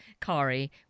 Kari